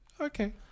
Okay